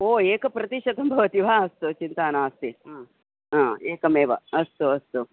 ओ एकप्रतिशतं भवति वा अस्तु चिन्ता नास्ति हा एकमेव अस्तु अस्तु